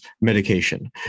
medication